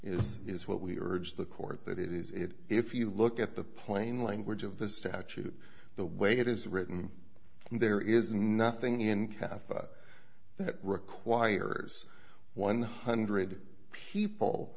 is is what we urge the court that it is it if you look at the plain language of the statute the way it is written there is nothing in kathak that requires one hundred people